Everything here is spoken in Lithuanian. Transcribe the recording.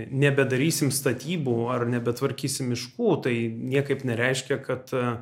nebedarysim statybų ar nebetvarkysime miškų tai niekaip nereiškia kad